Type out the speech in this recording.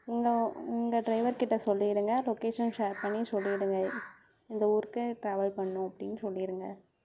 உங்கள் உங்கள் ட்ரைவர் கிட்ட சொல்லிடுங்க லொக்கேஷன் ஷேர் பண்ணி சொல்லிடுங்க இந்த ஊருக்கு ட்ராவல் பண்ணணும் அப்படின் சொல்லிடுங்க